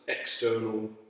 external